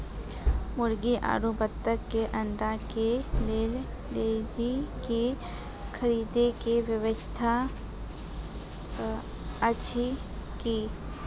मुर्गी आरु बत्तक के अंडा के लेल डेयरी के खरीदे के व्यवस्था अछि कि?